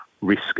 risk